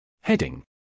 Heading